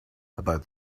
about